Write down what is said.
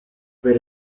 per